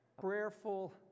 prayerful